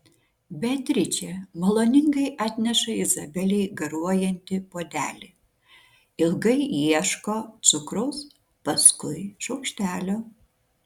beatričė maloningai atneša izabelei garuojantį puodelį ilgai ieško cukraus paskui šaukštelio